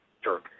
Sure